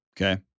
okay